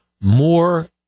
more